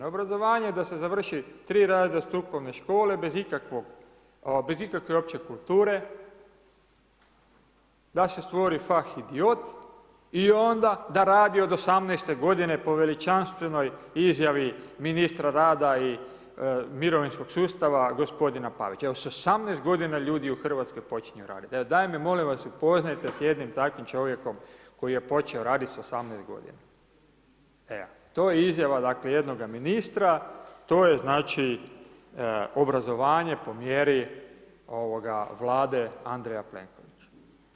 Obrazovanje je da se završi 3 razreda strukovne škole bez ikakve opće kulture, da se stvori fah idiot i onda da radi od 18 g. po veličanstvenoj izjavi ministra rada i mirovinskog sustava gospodina Pavića, evo sa 18 g. ljudi u Hrvatskoj počinju radit, dajte me molim upoznajte sa jednim takvim čovjekom koji je počeo raditi sa 18 g. Evo, to je izjava dakle jednoga ministra, to je znači obrazovanje po mjeri Vlade Andreja Plenkovića.